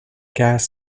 gas